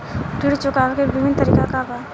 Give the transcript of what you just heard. ऋण चुकावे के विभिन्न तरीका का बा?